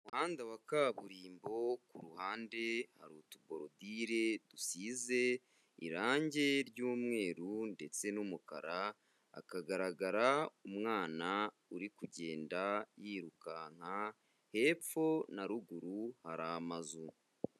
Umuhanda wa kaburimbo, ku ruhande hari utuborodire dusize irangi ry'umweru ndetse n'umukara, hakagaragara umwana uri kugenda yirukanka, hepfo na ruguru hari amazu.